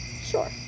sure